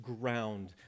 ground